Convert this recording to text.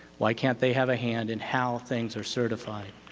why can't they have a hand in how things are certified?